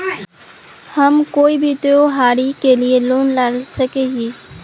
हम कोई भी त्योहारी के लिए लोन ला सके हिये?